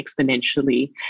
exponentially